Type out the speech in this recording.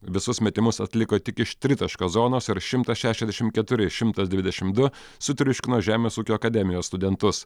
visus metimus atliko tik iš tritaškio zonos ir šimtas šešiasdešim keturi šimtas dvidešim du sutriuškino žemės ūkio akademijos studentus